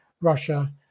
russia